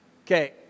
Okay